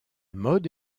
mode